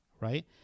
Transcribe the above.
Right